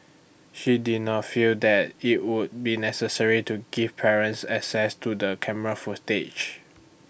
she did not feel that IT would be necessary to give parents access to the camera footage